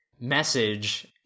message